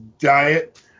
diet